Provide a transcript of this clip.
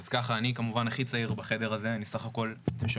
אני כמובן הכי צעיר בחדר הזה, אני בסך